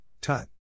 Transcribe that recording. tut